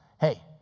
Hey